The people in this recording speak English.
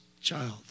child